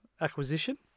acquisition